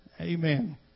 Amen